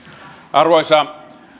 arvoisa